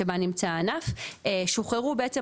שוחררו בעצם,